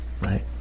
Right